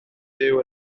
byw